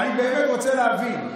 אני באמת רוצה להבין.